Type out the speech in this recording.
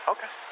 Okay